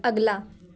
ਅਗਲਾ